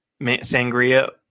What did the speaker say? sangria